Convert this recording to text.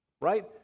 right